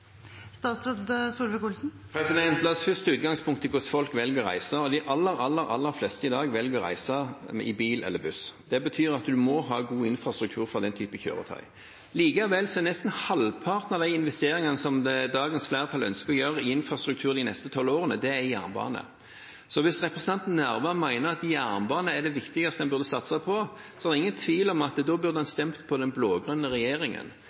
hvordan folk velger å reise. De aller, aller fleste velger i dag å reise med bil eller buss. Det betyr at man må ha god infrastruktur for den typen kjøretøy. Likevel går nesten halvparten av investeringene som dagens flertall ønsker å gjøre i infrastruktur de neste tolv årene, til jernbane. Hvis representanten Nævra mener at jernbane er det viktigste en burde satse på, er det ingen tvil om at da burde han stemme på den blå-grønne regjeringen,